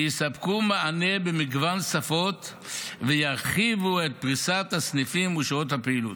שיספקו מענה במגוון שפות וירחיבו את פריסת הסניפים ושעות הפעילות.